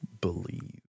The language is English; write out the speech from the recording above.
believe